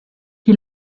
qui